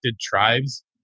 tribes